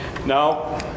Now